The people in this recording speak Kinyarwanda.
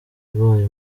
yabaye